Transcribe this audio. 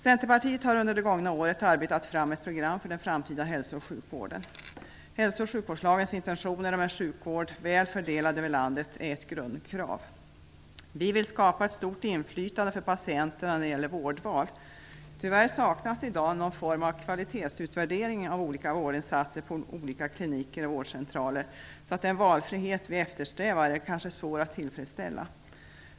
Centerpartiet har under det gångna året arbetat fram ett program för den framtida hälso och sjukvården. Hälso och sjukvårdslagens intentioner om en sjukvård väl fördelad över landet är ett grundkrav. Vi vill skapa ett stort inflytande för patienterna när det gäller vårdval. Tyvärr saknas det i dag en form av kvalitetsutvärdering av olika vårdinsatser på olika kliniker och vårdcentraler. Det är därför kanske svårt att tillfredsställa kraven på den valfrihet som vi eftersträvar.